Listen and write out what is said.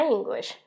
English